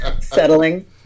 Settling